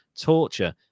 torture